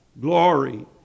Glory